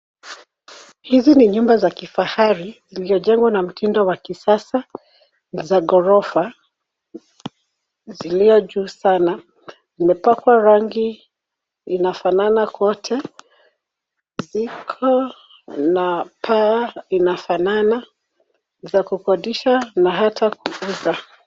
Hizi ni nyumba za kifahari ziliojengwa na mtindo wa kisasa za gorofa ziliojuu sana. Zimepakwa rangi inafanana kote, zikona paa inafanana za kukodisha na hata kuuza.